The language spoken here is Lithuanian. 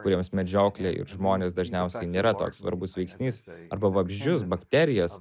kuriems medžioklė ir žmonės dažniausiai nėra toks svarbus veiksnys arba vabzdžius bakterijas